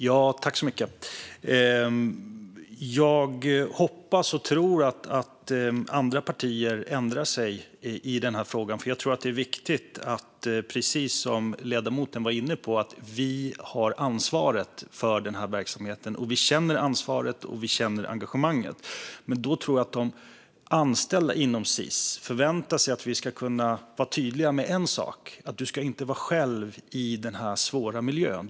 Fru talman! Jag hoppas och tror att andra partier ändrar sig i den här frågan. Det är, precis som ledamoten var inne på, viktigt att vi har ansvaret för verksamheten och att vi känner ansvaret och engagemanget. Jag tror att de anställda inom Sis förväntar sig att vi ska kunna vara tydliga med en sak, nämligen att de inte ska vara själva i den här svåra miljön.